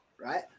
right